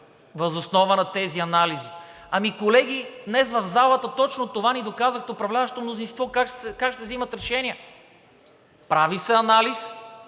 въз основа на тези анализи. Ами, колеги, днес в залата точно това ни доказаха управляващото мнозинство, как ще вземат решения. Прави се анализ,